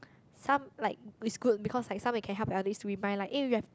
some like it's good because like some we can help the elderly to remind like eh we have